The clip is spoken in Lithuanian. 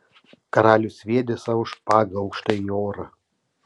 karalius sviedė savo špagą aukštai į orą